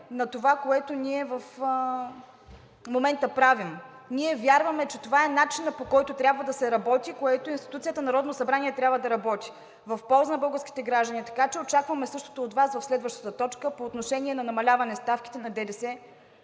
на това, което ние в момента правим. Ние вярваме, че това е начинът, по който трябва да се работи, което институцията Народно събрание трябва да работи – в полза на българските граждани. Очакваме същото от Вас в следващата точка по отношение на намаляване на ставките на ДДС